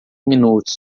minutos